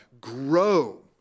grow